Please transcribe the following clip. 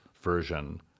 version